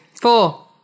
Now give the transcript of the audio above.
Four